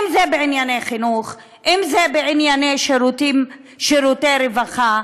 אם זה בענייני חינוך, אם זה בענייני שירותי רווחה,